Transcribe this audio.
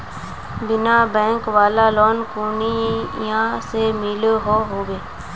बिना बैंक वाला लोन कुनियाँ से मिलोहो होबे?